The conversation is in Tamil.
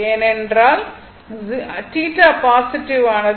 ஏனெனில் θ பாசிட்டிவ் ஆனது